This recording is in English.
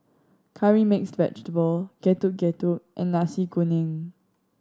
Curry Mixed Vegetable Getuk Getuk and Nasi Kuning